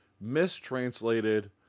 mistranslated